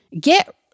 get